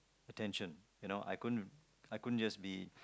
attention you know I couldn't I couldn't just be